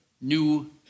new